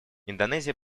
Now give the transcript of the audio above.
индонезия